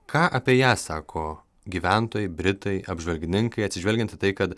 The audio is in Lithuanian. ką apie ją sako gyventojai britai apžvalgininkai atsižvelgiant į tai kad